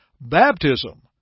Baptism